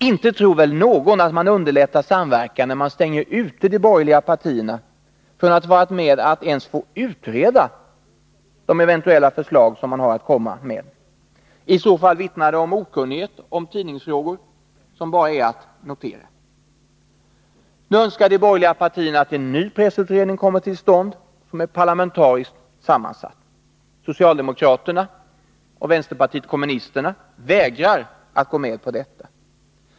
Inte tror väl någon att man underlättar samverkan när man stänger ute de borgerliga partierna från att vara med och ens utreda de eventuella förslagen? I så fall vittnar det om en okunnighet om tidningsfrågor som bara är att notera. Nu önskar de borgerliga partierna att en ny pressutredning kommer till stånd som är parlamentariskt sammansatt. Socialdemokraterna och vänsterpartiet kommunisterna vägrar att gå med på det.